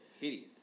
Hideous